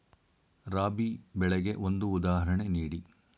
ರಾಬಿ ಬೆಳೆಗೆ ಒಂದು ಉದಾಹರಣೆ ನೀಡಿ